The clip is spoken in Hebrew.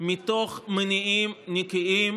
מתוך מניעים נקיים,